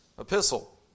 epistle